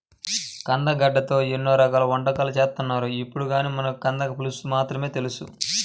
కందగడ్డతో ఎన్నో రకాల వంటకాలు చేత్తన్నారు ఇప్పుడు, కానీ మనకు కంద పులుసు మాత్రమే తెలుసు